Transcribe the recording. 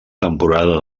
temporada